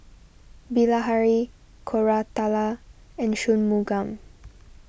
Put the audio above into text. Bilahari Koratala and Shunmugam